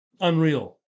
unreal